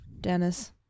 Dennis